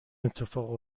اتفاق